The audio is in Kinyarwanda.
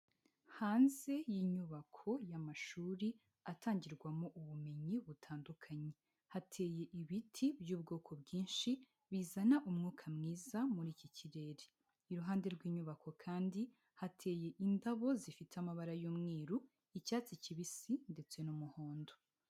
Hanze y'inyubako y'amashuri atangirwamo ubumenyi butandukanye, hateye ibiti by'ubwoko bwinshi bizana umwuka mwiza muri iki kirere, iruhande rw'inyubako kandi hateye indabo zifite amabara y'umweru, icyatsi kibisi ndetse n'umuhondo.